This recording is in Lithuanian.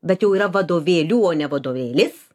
bet jau yra vadovėlių o ne vadovėlis